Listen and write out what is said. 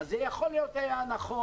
אז זה יכול להיות נכון